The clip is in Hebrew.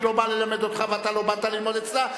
היא לא באה ללמד אותך ואתה לא באת ללמוד אצלה,